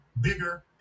Bigger